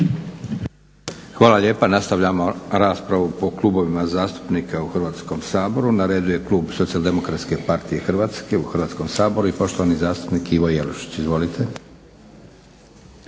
Hvala lijepa. Nastavljamo raspravu po klubovima zastupnika u Hrvatskom saboru. Na redu je klub SDP-a u Hrvatskom saboru i poštovani zastupnik Ivo Jelušić. Izvolite.